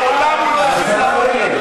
השרה רגב,